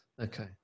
okay